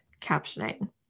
captioning